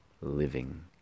living